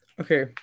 okay